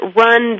run